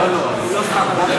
לרשותך.